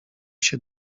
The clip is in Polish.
się